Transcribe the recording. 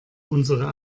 unsere